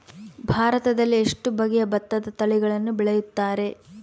ಭಾರತದಲ್ಲಿ ಎಷ್ಟು ಬಗೆಯ ಭತ್ತದ ತಳಿಗಳನ್ನು ಬೆಳೆಯುತ್ತಾರೆ?